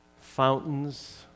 fountains